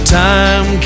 time